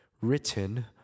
written